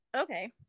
okay